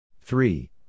Three